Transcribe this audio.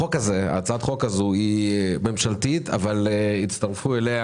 הצעת החוק הזו היא ממשלתית אבל הצטרפו אליה